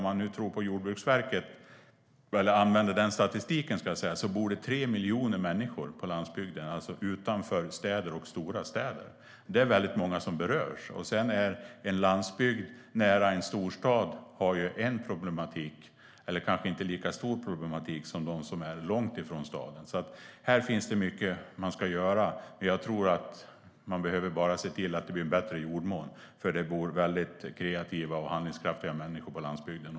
Enligt Jordbruksverkets statistik är det 3 miljoner människor som bor på landsbygden, alltså utanför städer och stora städer. Det är många som berörs. Och en landsbygd nära en storstad har kanske inte lika stor problematik som de som är långt ifrån staden. Det finns alltså mycket att göra. Man behöver bara se till att det blir bättre jordmån. Det bor nämligen väldigt kreativa och handlingskraftiga människor på landsbygden.